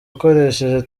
ukoresheje